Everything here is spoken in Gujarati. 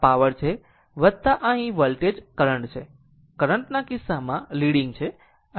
આ પાવર છે આ અહીં વોલ્ટેજ કરંટ છે કરંટ ના કિસ્સામાં લીડીગ છે